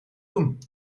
doen